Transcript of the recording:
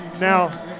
Now